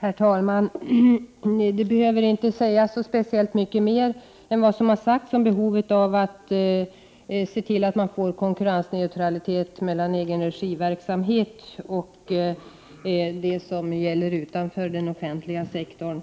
Herr talman! Det behöver inte sägas så mycket mer än vad som har sagts om behovet av att se till att man får konkurrensneutralitet mellan egenregiverksamhet och det som gäller utanför den offentliga sektorn.